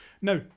Now